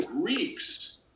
Greeks